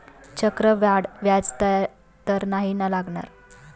चक्रवाढ व्याज तर नाही ना लागणार?